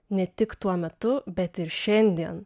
ne tik tuo metu bet ir šiandien